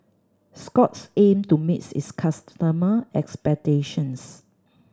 scott's aim to meet its expectations